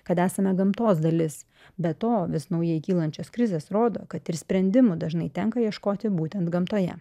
kad esame gamtos dalis be to vis naujai kylančios krizės rodo kad ir sprendimų dažnai tenka ieškoti būtent gamtoje